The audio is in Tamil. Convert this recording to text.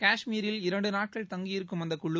காஷ்மீரில் இரண்டு நாட்கள் தங்கியிருக்கும் அந்த குழு